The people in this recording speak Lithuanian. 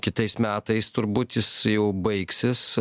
kitais metais turbūt jis jau baigsis